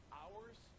hours